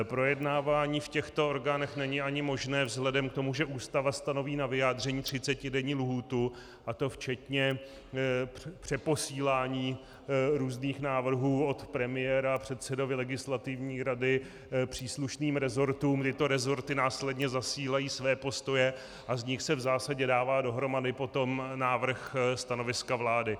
Projednávání v těchto orgánech není ani možné vzhledem k tomu, že Ústava stanoví na vyjádření třicetidenní lhůtu, a to včetně přeposílání různých návrhů od premiéra předsedovi Legislativní rady, příslušným resortům, kdy tyto resorty následně zasílají své postoje, a z nich se v zásadě dává potom dohromady návrh stanoviska vlády.